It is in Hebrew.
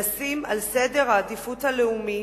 לשים בסדר העדיפויות הלאומי